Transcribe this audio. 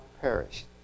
perished